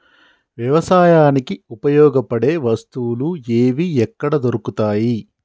వ్యవసాయానికి ఉపయోగపడే వస్తువులు ఏవి ఎక్కడ దొరుకుతాయి?